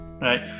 right